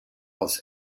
aus